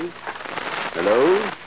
Hello